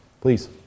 Please